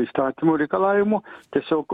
įstatymų reikalavimų tiesiog